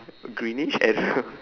greenish I don't know